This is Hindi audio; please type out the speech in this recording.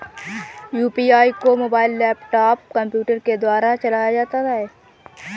यू.पी.आई को मोबाइल लैपटॉप कम्प्यूटर के द्वारा चलाया जाता है